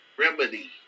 remedy